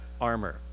armor